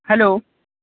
hello